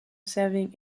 serving